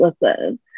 listen